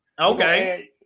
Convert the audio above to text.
Okay